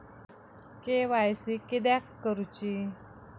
KYC किदयाक करूची?